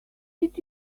did